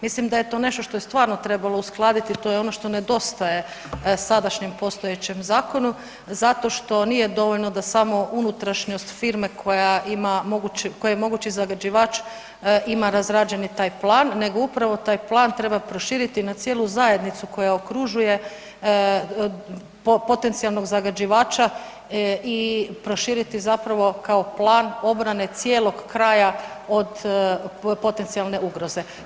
Mislim da je to nešto što je stvarno trebalo uskladiti, to je ono što nedostaje sadašnjem postojećem zakonu zato što nije dovoljno da samo unutrašnjost firme koja je mogući zagađivač ima razrađeni taj plan nego upravo taj plan treba proširiti na cijelu zajednicu koja okružuje potencijalnog zagađivača i proširiti zapravo kao plan obrane cijelog kraja od potencijalne ugroze.